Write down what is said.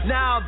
Now